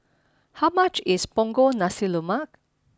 how much is Punggol Nasi Lemak